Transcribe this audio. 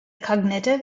cognitive